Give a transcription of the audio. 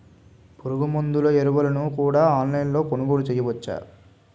పురుగుమందులు ఎరువులను కూడా ఆన్లైన్ లొ కొనుగోలు చేయవచ్చా?